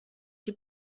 die